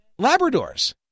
Labradors